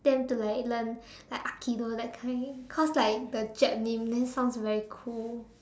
them to learn like aikido that kind cause like the Jap name then sounds very cool